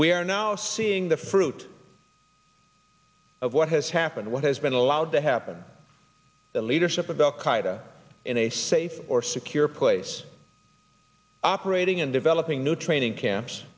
we are now seeing the fruit of what has happened what has been allowed to happen the leadership of al qaeda in a safe or secure place operating and developing new training camps